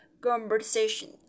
Conversation